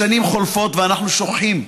השנים חולפות, ואנחנו שוכחים.